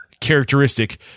characteristic